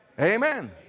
Amen